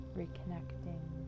reconnecting